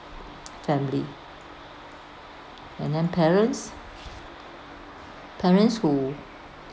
family and then parents parents who